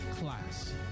class